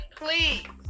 please